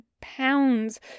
pounds